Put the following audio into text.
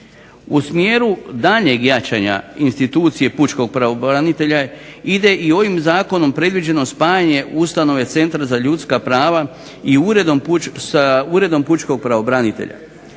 U smjeru daljnjeg jačanja institucije pučkog pravobranitelja ide i ovim zakonom predviđeno spajanje ustanove Centra za ljudska prava sa Uredom pučkog pravobranitelja,